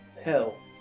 Hell